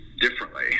differently